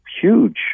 huge